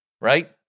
right